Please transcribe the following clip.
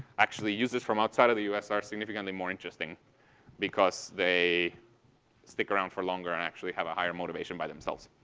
actually, users from outside of the us are significantly more interesting because they stick around for longer and actually have a higher motivation by themselves.